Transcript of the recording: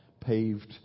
paved